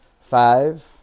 Five